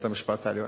של בית-המשפט העליון.